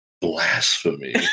blasphemy